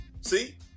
See